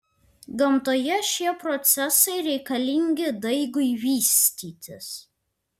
gamtoje šie procesai reikalingi daigui vystytis